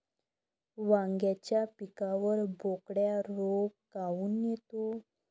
वांग्याच्या पिकावर बोकड्या रोग काऊन येतो?